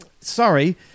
Sorry